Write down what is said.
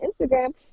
Instagram